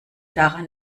daran